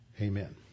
Amen